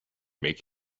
make